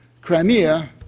Crimea